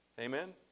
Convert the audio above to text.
Amen